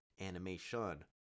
animation